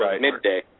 Midday